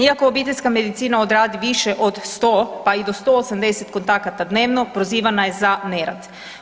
Iako obiteljska medicina odradi više od 100, pa i do 180 kontakata dnevno, prozivana je za nerad.